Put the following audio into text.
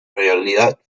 realidad